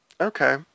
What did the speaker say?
Okay